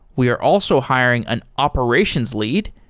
we are also hiring an operations lead.